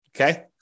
Okay